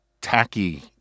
tacky